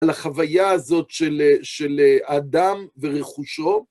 על החוויה הזאת של אדם ורכושו.